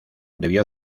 debió